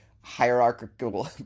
hierarchical